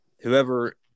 Whoever